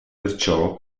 perciò